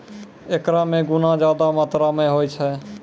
एकरा मे गुना ज्यादा मात्रा मे होय छै